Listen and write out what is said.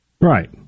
Right